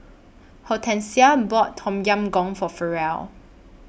Hortensia bought Tom Yam Goong For Ferrell